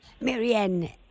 Marianne